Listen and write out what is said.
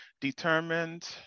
Determined